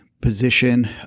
position